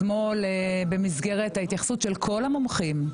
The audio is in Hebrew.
אתמול במסגרת ההתייחסות של כל המומחים,